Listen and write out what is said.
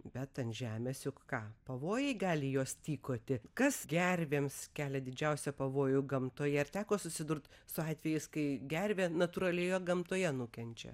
bet ant žemės juk ką pavojai gali jos tykoti kas gervėms kelia didžiausią pavojų gamtoje ar teko susidurt su atvejais kai gervė natūralioje gamtoje nukenčia